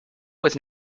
was